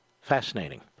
Fascinating